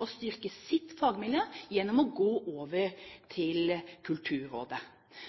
å styrke sitt fagmiljø gjennom å gå over til Kulturrådet.